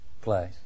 place